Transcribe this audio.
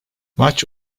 maç